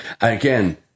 again